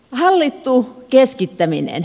hallittu keskittäminen